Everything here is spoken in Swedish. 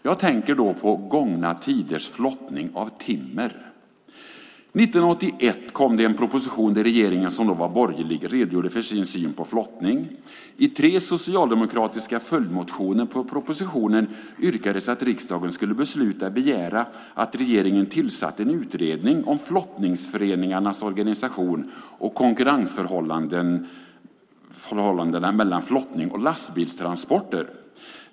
Jag tänker på gångna tiders flottning av timmer. År 1981 kom det en proposition där regeringen, som då var borgerlig, redogjorde för sin syn på flottning. I tre socialdemokratiska följdmotioner på propositionen yrkades att riksdagen skulle besluta att begära att regeringen tillsatte en utredning om flottningsföreningarnas organisation och konkurrensförhållandena mellan flottning och lastbilstransporter.